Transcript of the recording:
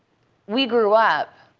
we grew up,